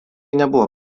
nebuvo